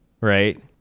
right